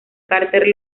carter